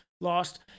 lost